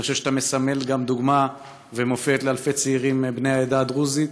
אני חושב שאתה מסמל גם דוגמה ומופת לאלפי צעירים בני העדה הדרוזית,